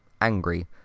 angry